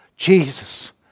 Jesus